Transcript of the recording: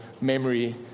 memory